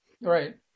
Right